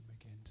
again